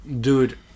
dude